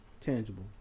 Tangible